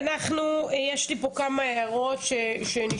ראשית, יש לי פה כמה הערות שנשמעו.